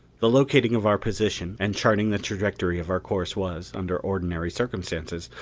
the locating of our position and charting the trajectory of our course was, under ordinary circumstances,